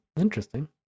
interesting